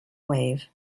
wave